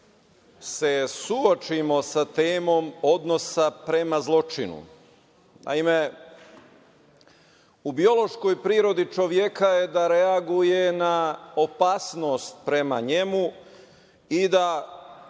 se suočimo sa temom odnosa prema zločinu. Naime, u biološkoj prirodi čoveka je da reaguje na opasnost prema njemu i da